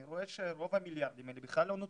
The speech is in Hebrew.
רואה שרוב המיליארדים האלה בכלל לא נוצלו.